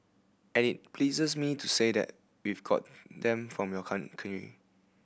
and it pleases me to say that we've got them from your country